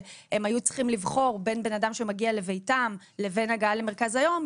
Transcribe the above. כשהם היו צריכים לבחור בין בן אדם שמגיע לביתם לבין הגעה למרכז היום,